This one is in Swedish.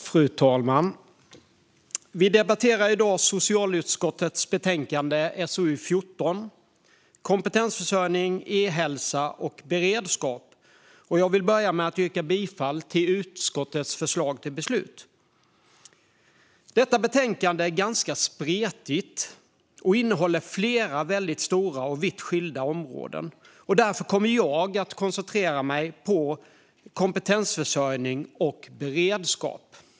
Fru talman! Vi debatterar i dag socialutskottets betänkande SoU14 Kompetensförsörjning, e-hälsa och beredskap . Jag vill börja med att yrka bifall till utskottets förslag till beslut. Detta betänkande är ganska spretigt och omfattar flera väldigt stora och vitt skilda områden. Jag kommer att koncentrera mig på kompetensförsörjning och beredskap.